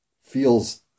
feels